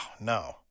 no